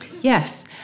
Yes